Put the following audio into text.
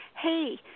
Hey